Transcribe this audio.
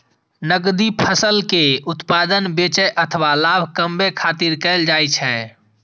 नकदी फसल के उत्पादन बेचै अथवा लाभ कमबै खातिर कैल जाइ छै